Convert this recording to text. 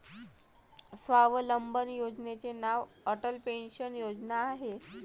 स्वावलंबन योजनेचे नाव अटल पेन्शन योजना आहे